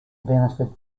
benefited